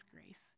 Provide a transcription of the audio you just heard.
grace